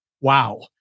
Wow